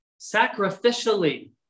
sacrificially